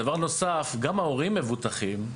דבר נוסף, גם ההורים מבוטחים.